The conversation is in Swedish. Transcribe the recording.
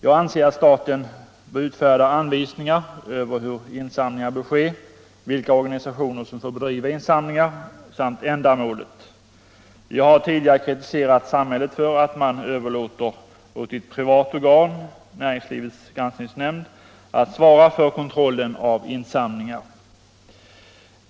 Jag anser att staten bör utfärda anvisningar för hur insamlingar skall bedrivas, vilka organisationer som får bedriva insamlingar samt för vilka ändamål det får ske. Marknadsförings Marknadsförings Jag har tidigare kritiserat samhället för att man överlåtit åt ett privat organ — Näringslivets granskningsnämnd — att svara för kontrollen av insamlingar.